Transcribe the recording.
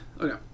okay